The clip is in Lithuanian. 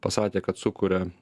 pasakė kad sukuria